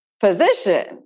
position